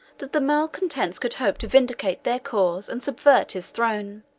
that the malecontents could hope to vindicate their cause and subvert his throne.